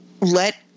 let